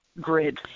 grid